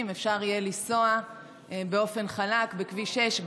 אפשר יהיה לנסוע באופן חלק בכביש 6,